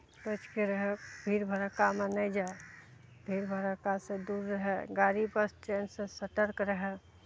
बचिके रहब भीड़ भरक्कामे नहि जाइ भीड़ भरक्कासँ दूर रहय गाड़ी बस ट्रेनसँ सतर्क रहय